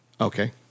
Okay